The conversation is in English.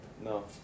No